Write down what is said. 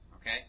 Okay